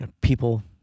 people